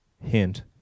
hint